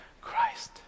Christ